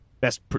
best